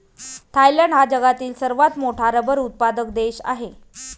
Thailand हा जगातील सर्वात मोठा रबर उत्पादक देश आहे